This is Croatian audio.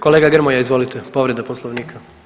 Kolega Grmoja izvolite, povreda Poslovnika.